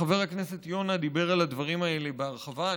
חבר הכנסת יונה דיבר על הדברים האלה בהרחבה,